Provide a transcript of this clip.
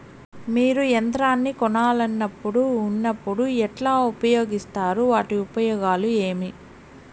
మీరు యంత్రాన్ని కొనాలన్నప్పుడు ఉన్నప్పుడు ఎట్లా ఉపయోగిస్తారు వాటి ఉపయోగాలు ఏవి?